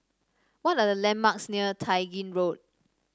what are the landmarks near Tai Gin Road